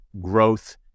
growth